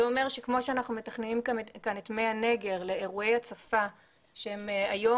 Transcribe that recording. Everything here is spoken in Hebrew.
זה אומר שכמו שאנחנו מתכננים את הנגר לאירועי הצפה שהם היום